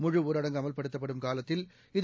முழுஊரடங்கு அமல்படுத்தப்படும் காலத்தில் இது